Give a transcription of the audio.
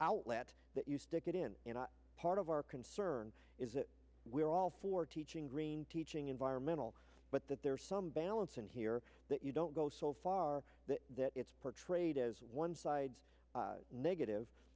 outlet that you stick it in you know part of our concern is that we are all for teaching green teaching environmental but that there's some balance in here that you don't go so far that it's portrayed as one side's negative